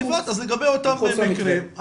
אז לגבי אותם מקרים,